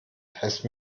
heißt